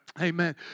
Amen